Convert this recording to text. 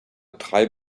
drei